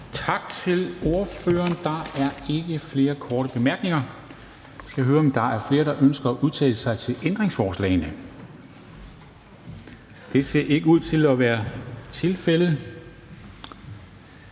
Tak til ordføreren. Der er ikke flere korte bemærkninger. Jeg skal høre, om der er flere, der ønsker at udtale sig til ændringsforslagene. Det ser ikke ud til at være tilfældet,